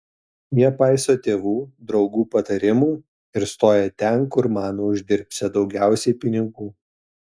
jie paiso tėvų draugų patarimų ir stoja ten kur mano uždirbsią daugiausiai pinigų